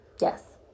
Yes